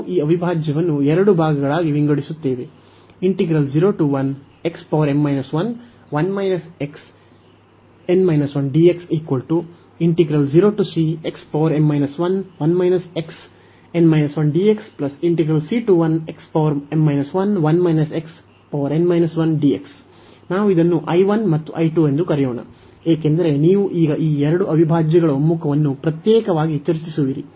ನಾವು ಈ ಅವಿಭಾಜ್ಯವನ್ನು ಎರಡು ಭಾಗಗಳಾಗಿ ವಿಂಗಡಿಸುತ್ತೇವೆ ನಾವು ಇದನ್ನು I 1 ಮತ್ತು I 2 ಎಂದು ಕರೆಯೋಣ ಏಕೆಂದರೆ ನೀವು ಈಗ ಈ ಎರಡು ಅವಿಭಾಜ್ಯಗಳ ಒಮ್ಮುಖವನ್ನು ಪ್ರತ್ಯೇಕವಾಗಿ ಚರ್ಚಿಸುವಿರಿ